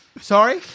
Sorry